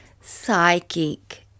psychic